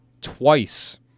twice